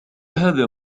هذا